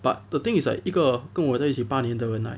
but the thing is like 一个跟我在一起八年的人 right